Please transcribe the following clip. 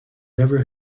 never